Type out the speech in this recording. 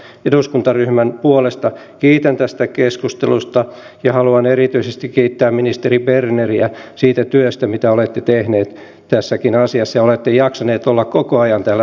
omasta ja keskustan eduskuntaryhmän puolesta kiitän tästä keskustelusta ja haluan erityisesti kiittää ministeri berneriä siitä työstä mitä olette tehnyt tässäkin asiassa ja siitä että olette jaksanut olla koko ajan täällä salissa